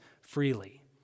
freely